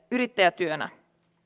yrittäjätyönä